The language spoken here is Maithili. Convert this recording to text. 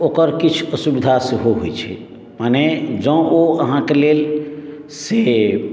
तऽ ओकर किछु असुविधा सेहो होइत छै माने जँ ओ अहाँके लेल से